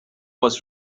was